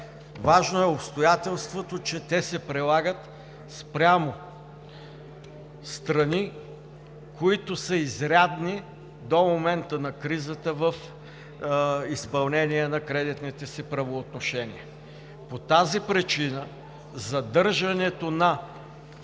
Важно е обстоятелството, че те се прилагат спрямо страни, които са изрядни до момента на кризата в изпълнение на кредитните си правоотношения. По тази причина задържането на